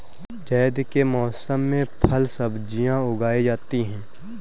ज़ैद के मौसम में फल सब्ज़ियाँ उगाई जाती हैं